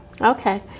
okay